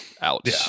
ouch